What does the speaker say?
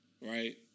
Right